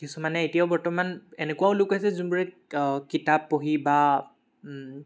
কিছুমানে এতিয়াও বৰ্তমান এনেকুৱাও লোক আছে যোনবোৰে কিতাপ পঢ়ি বা